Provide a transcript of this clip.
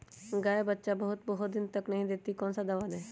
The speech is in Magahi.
गाय बच्चा बहुत बहुत दिन तक नहीं देती कौन सा दवा दे?